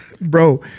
bro